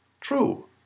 True